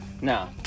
No